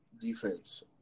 defense